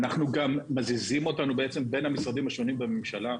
שמזיזים אותנו בין המשרדים השונים בממשלה,